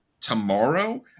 tomorrow